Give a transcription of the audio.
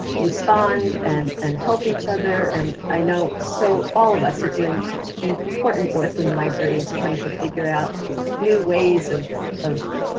respond and and help each other, and i know so all of us are doing such important work in libraries, trying to figure out new ways of of